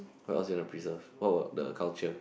what else you wanna preserve what about the culture